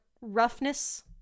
roughness